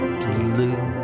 blue